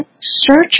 search